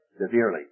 severely